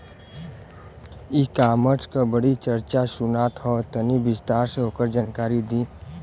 ई कॉमर्स क बड़ी चर्चा सुनात ह तनि विस्तार से ओकर जानकारी दी?